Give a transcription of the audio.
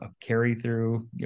carry-through